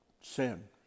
sin